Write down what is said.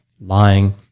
lying